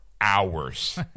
Hours